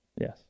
Yes